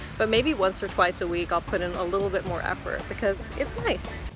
but maybe once or twice a week i'll put in a little bit more effort because it's nice.